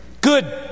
Good